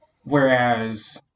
Whereas